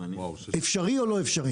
אפשרי או לא אפשרי?